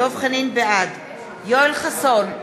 בעד יואל חסון,